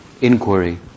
inquiry